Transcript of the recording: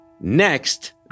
Next